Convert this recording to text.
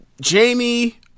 Jamie